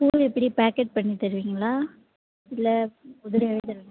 பூ எப்படி பேக்கெட் பண்ணித் தருவிங்களா இல்லை உதிரியாகவே தருவிங்களா